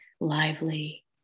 Lively